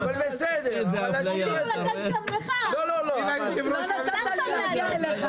רצינו לתת גם לך --- לא נתת להגיע אליך.